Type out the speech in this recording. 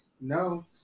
no